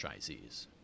franchisees